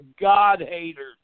God-haters